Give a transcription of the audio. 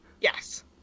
Yes